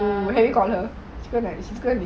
ah